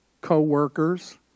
co-workers